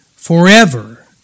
Forever